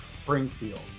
Springfield